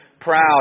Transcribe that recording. Proud